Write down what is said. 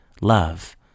love